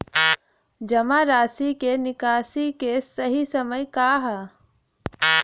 जमा राशि क निकासी के सही समय का ह?